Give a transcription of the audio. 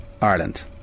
Ireland